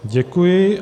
Děkuji.